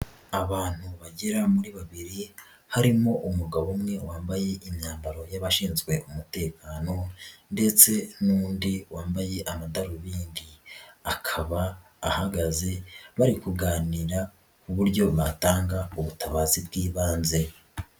Abantu bagera muri babiri harimo umugabo umwe wambaye imyambaro y'abashinzwe umutekano ndetse n'undi wambaye amadarubindi, akaba ahagaze bari kuganira ku buryo batanga ubutabazi bw'ibanze.